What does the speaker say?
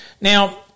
now